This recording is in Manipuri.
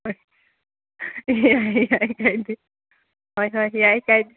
ꯌꯥꯏ ꯌꯥꯏ ꯀꯥꯏꯗꯦ ꯍꯣꯏ ꯍꯣꯏ ꯌꯥꯏ ꯀꯥꯏꯗꯦ